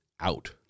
out